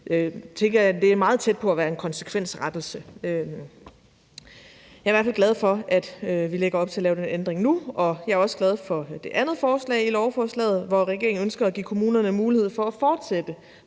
meget tæt på at være en konsekvensrettelse, tænker jeg. Jeg er i hvert fald glad for, at vi lægger op til at lave den her ændring nu. Jeg er også glad for det andet forslag i lovforslaget, hvor regeringen ønsker at give kommunerne mulighed for at fortsætte